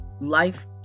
life